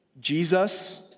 Jesus